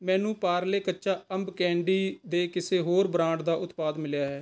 ਮੈਨੂੰ ਪਾਰਲੇ ਕੱਚਾ ਅੰਬ ਕੈਂਡੀ ਦੇ ਕਿਸੇ ਹੋਰ ਬ੍ਰਾਂਡ ਦਾ ਉਤਪਾਦ ਮਿਲਿਆ ਹੈ